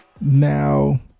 now